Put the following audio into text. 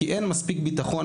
כי אין מספיק ביטחון,